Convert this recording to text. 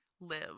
live